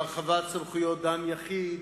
הרחבת סמכויות דן יחיד,